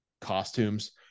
costumes